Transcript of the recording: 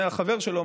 החבר שלו,